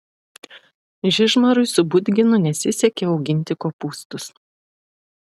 žižmarui su budginu nesisekė auginti kopūstus